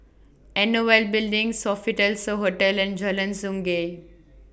N O L Building Sofitel So Hotel and Jalan Sungei